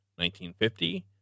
1950